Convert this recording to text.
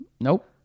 Nope